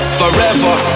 forever